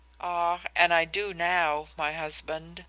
ah, and i do now, my husband,